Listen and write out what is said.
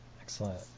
excellent